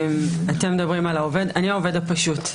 אתם מדברים על העובד אני העובד הפשוט.